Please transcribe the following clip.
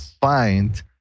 find